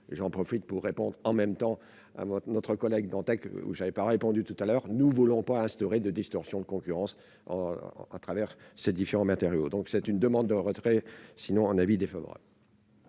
j'en profite pour répondre en même temps, avant notre collègue Dantec où j'allais pas pendu tout à l'heure, nous voulons pas instaurer de distorsion de concurrence à travers ses différents matériaux, donc c'est une demande de retrait sinon avis défavorable.